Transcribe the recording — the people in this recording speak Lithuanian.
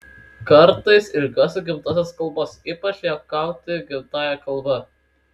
kartais ilgiuosi gimtosios kalbos ypač juokauti gimtąja kalba